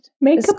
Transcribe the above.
Make